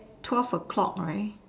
twelve O-clock right